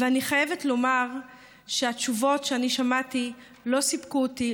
ואני חייבת לומר שהתשובות שאני שמעתי לא סיפקו אותי,